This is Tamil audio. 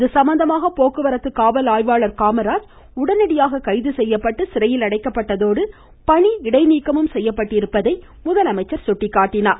இது சம்பந்தமாக போக்குவரத்து காவல்ஆய்வாளர் காமராஜ் உடனடியாக கைது செய்யப்பட்டு சிறையில் அடைக்கப்பட்டதோடு பணி இடைநீக்கமும் செய்யப்பட்டிருப்பதை முதலமைச்சர் சுட்டிக்காட்டினார்